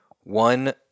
one